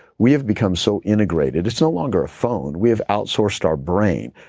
we have become so integrated it's no longer a phone. we have outsourced our brain.